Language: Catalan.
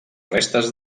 restes